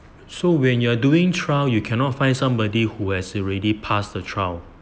so when you're doing trial you cannot find somebody who has already passed the trial